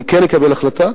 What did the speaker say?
אני כן אקבל החלטה,